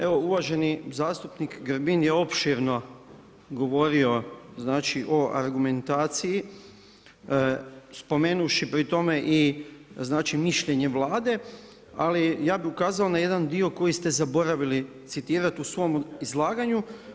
Evo, uvaženi zastupnik Grbin je opširno govorio o argumentaciji spomenuvši pri tome i mišljenje Vlade, ali ja bih ukazao na jedan dio koji ste zaboravili citirati u svom izlaganju.